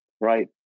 right